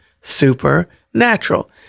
Supernatural